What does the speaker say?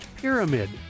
Pyramid